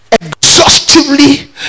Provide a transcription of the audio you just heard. exhaustively